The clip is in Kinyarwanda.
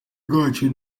rwacu